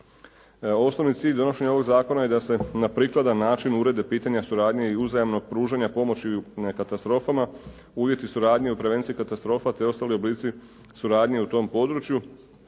Osnovni cilj donošenja ovog zakona je da se na prikladan način urede pitanja suradnje i uzajamnog pružanja pomoći na katastrofama, uvjeti suradnje u prevenciji katastrofa te ostali oblici suradnje u tom području.